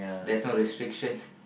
there's no restrictions